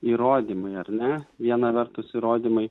įrodymai ar ne viena vertus įrodymai